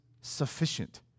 sufficient